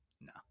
no